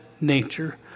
nature